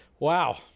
Wow